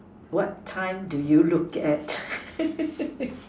what time do you look at